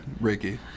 Ricky